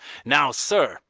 now, sir,